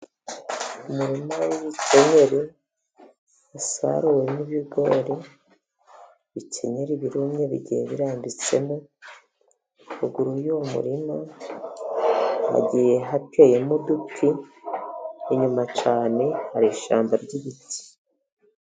Umurima w'ibikenyeri wasaruwemo ibigori, ibikenyeri birumye bigiye birambitsemo. Ruguru y'uwo murima hagiye hateyemo uduti inyuma cyane hari ishyamba ry'ibiti.